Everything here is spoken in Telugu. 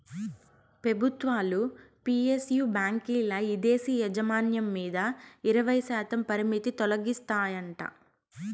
పెబుత్వాలు పి.ఎస్.యు బాంకీల్ల ఇదేశీ యాజమాన్యం మీద ఇరవైశాతం పరిమితి తొలగిస్తాయంట